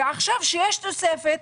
ועכשיו שיש תוספת,